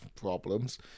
problems